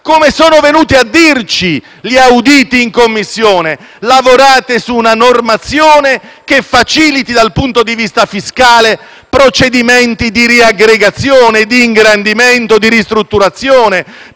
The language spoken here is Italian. come ci hanno suggerito gli auditi in Commissione: lavorare su una normazione che faciliti, dal punto di vista fiscale, procedimenti di riaggregazione, di ingrandimento e ristrutturazione.